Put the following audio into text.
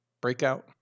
breakout